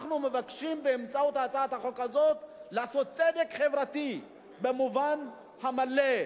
אנחנו מבקשים באמצעות הצעת החוק הזאת לעשות צדק חברתי במובן המלא,